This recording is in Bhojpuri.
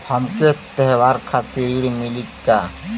हमके त्योहार खातिर ऋण मिली का?